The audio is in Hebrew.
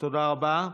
תודה רבה.